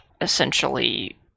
essentially